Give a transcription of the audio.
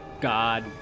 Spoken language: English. god